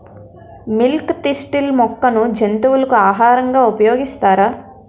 Milk thistle మొక్కను జంతువులకు ఆహారంగా ఉపయోగిస్తారా?